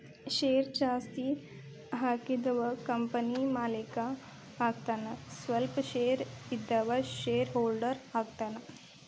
share ಜಾಸ್ತಿ ಹಾಕಿದವ company ಮಾಲೇಕ ಆಗತಾನ ಸ್ವಲ್ಪ ಶೇರ್ ಇದ್ದವ ಶೇರ್ ಹೋಲ್ಡರ್ ಆಗತಾನ